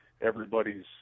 everybody's